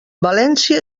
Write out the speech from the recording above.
valència